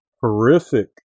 horrific